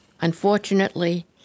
Unfortunately